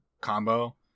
combo